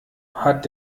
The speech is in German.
hat